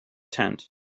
tent